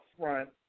front